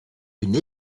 une